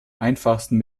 einfachsten